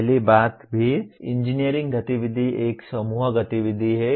पहली बात किसी भी इंजीनियरिंग गतिविधि एक समूह गतिविधि है